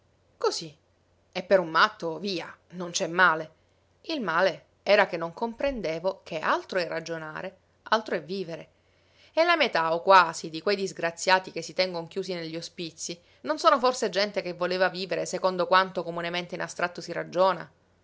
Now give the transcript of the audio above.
cosí e per un matto via non c'è male il male era che non comprendevo che altro è ragionare altro è vivere e la metà o quasi di quei disgraziati che si tengon chiusi negli ospizii non sono forse gente che voleva vivere secondo comunemente in astratto si ragiona